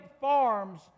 farms